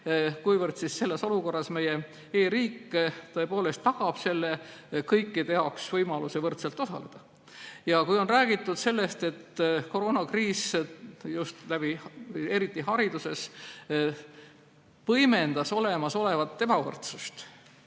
kuivõrd selles olukorras meie e‑riik tõepoolest tagab kõikide jaoks võimaluse võrdselt osaleda. Kui on räägitud sellest, et koroonakriis just eriti hariduses võimendas olemasolevat ebavõrdsust,